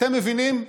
אתם מבינים?